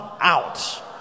out